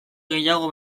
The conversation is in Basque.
gehiago